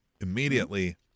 immediately